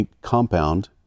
compound